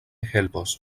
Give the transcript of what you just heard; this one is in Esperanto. helpos